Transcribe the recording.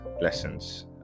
lessons